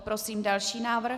Prosím další návrh.